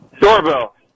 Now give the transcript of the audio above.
Doorbell